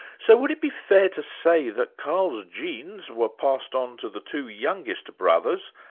so would it be fair to say that karl's genes were passed on to the two youngest brothers,